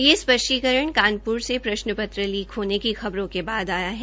यह स्पष्टीकरण कानपुर से प्रश्न पत्र लीक होने की खबरों के बाद आया है